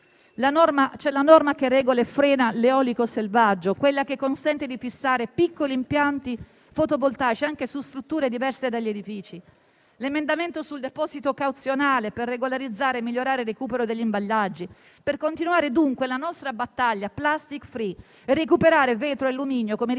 C'è la norma che regola e frena l'eolico selvaggio, quella che consente di fissare piccoli impianti fotovoltaici anche su strutture diverse dagli edifici. Penso altresì all'emendamento sul deposito cauzionale per regolarizzare e migliorare il recupero degli imballaggi, per continuare dunque la nostra battaglia *plastic free,* per recuperare vetro e alluminio come richiesto